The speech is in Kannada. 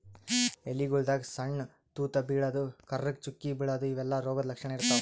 ಎಲಿಗೊಳ್ದಾಗ್ ಸಣ್ಣ್ ತೂತಾ ಬೀಳದು, ಕರ್ರಗ್ ಚುಕ್ಕಿ ಬೀಳದು ಇವೆಲ್ಲಾ ರೋಗದ್ ಲಕ್ಷಣ್ ಇರ್ತವ್